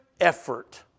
effort